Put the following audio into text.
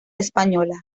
española